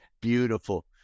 beautiful